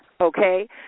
okay